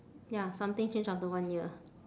ya something change after one year